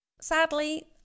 sadly